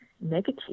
negative